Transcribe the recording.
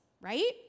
right